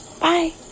bye